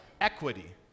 equity